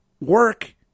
work